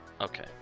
Okay